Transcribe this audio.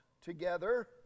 together